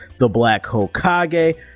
TheBlackHokage